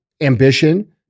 ambition